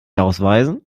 ausweisen